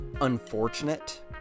Unfortunate